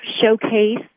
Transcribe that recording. showcase